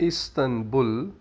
Istanbul